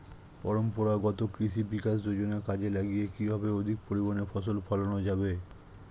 পরম্পরাগত কৃষি বিকাশ যোজনা কাজে লাগিয়ে কিভাবে অধিক পরিমাণে ফসল ফলানো যাবে?